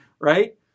right